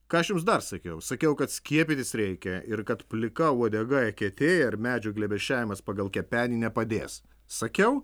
ką aš jums dar sakiau sakiau kad skiepytis reikia ir kad plika uodega eketėj ar medžių glėbesčiavimas pagal kepenį nepadės sakiau